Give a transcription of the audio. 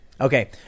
Okay